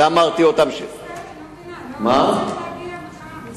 אי-אפשר בישראל להביע מחאה?